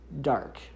dark